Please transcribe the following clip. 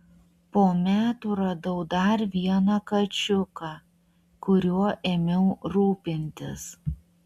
po metų radau dar vieną kačiuką kuriuo ėmiau rūpintis